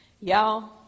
y'all